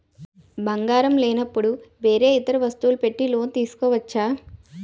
బంగారం లేనపుడు వేరే ఇతర వస్తువులు పెట్టి లోన్ తీసుకోవచ్చా?